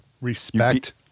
Respect